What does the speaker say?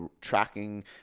tracking